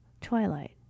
twilight